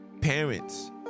Parents